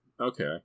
okay